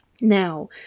Now